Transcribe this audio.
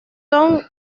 tom